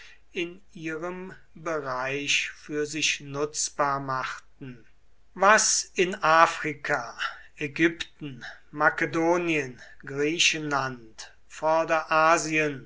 in ihrem bereich für sich nutzbar machten was in afrika ägypten makedonien griechenland